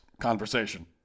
conversation